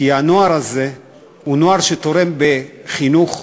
כי הנוער הזה הוא נוער שתורם בחינוך,